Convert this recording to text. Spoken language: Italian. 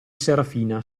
serafina